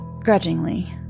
grudgingly